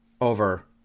over